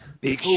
big